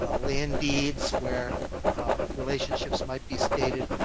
ah land deeds, where relationships might be stated,